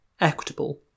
equitable